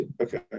Okay